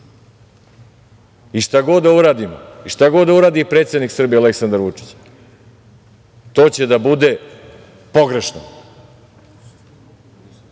I šta god da uradimo i šta god da uradi predsednik Srbije Aleksandar Vučić, to će da bude pogrešno